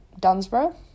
Dunsborough